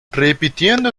repitiendo